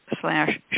slash